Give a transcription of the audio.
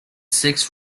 six